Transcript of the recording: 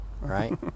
right